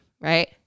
right